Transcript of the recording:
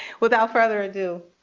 without further ado,